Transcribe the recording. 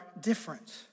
different